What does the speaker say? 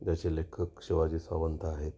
ज्याचे लेखक शिवाजी सावंत आहेत